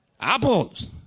apples